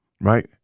right